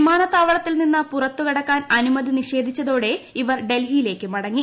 വിമാന ത്താവളത്തിൽ നിന്ന് പുറത്തു കടക്കാൻ അനുമതി നിഷേധിച്ചതോടെ ഇവർ ഡൽഹിയിലേക്ക് മടങ്ങി